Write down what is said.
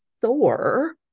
Thor